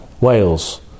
Wales